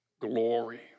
glory